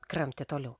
kramtė toliau